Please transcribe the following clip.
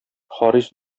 харис